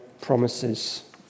promises